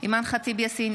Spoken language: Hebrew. בהצבעה אימאן ח'טיב יאסין,